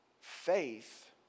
Faith